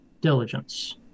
diligence